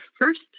first